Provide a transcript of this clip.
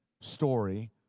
story